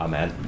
Amen